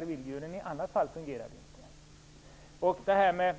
de vilddjur som vi har. I annat fall fungerar det inte.